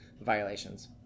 violations